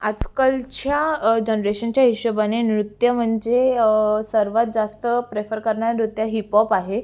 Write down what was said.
आजकालच्या जनरेशनच्या हिशेबाने नृत्य म्हणजे सर्वात जास्त प्रेफर करणारं नृत्य हिपहॉप आहे